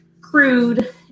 crude